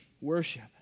worship